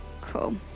Cool